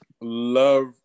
love